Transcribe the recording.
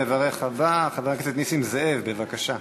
והמברך הבא, חבר הכנסת נסים זאב, בבקשה.